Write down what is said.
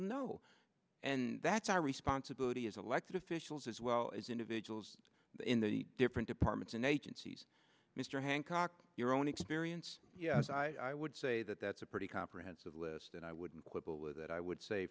no and that's our responsibility as elected officials as well as individuals in the different departments and agencies mr hancock your own experience i would say that that's a pretty comprehensive list and i wouldn't quibble with that i would say